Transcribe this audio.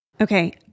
Okay